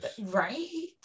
Right